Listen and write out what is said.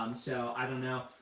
um so i don't know.